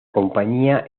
compañía